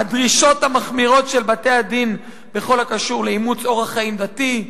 הדרישות המחמירות של בתי-הדין בכל הקשור לאימוץ אורח חיים דתי,